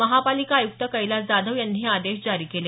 महापालिका आयुक्त कैलास जाधव यांनी हे आदेश जारी केले